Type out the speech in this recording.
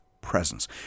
presence